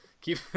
Keep